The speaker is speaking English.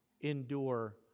endure